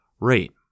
rate